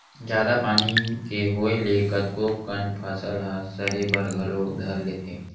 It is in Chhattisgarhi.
जादा पानी के होय ले कतको कन फसल ह सरे बर घलो धर लेथे